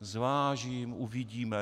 Zvážím, uvidíme.